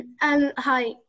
Hi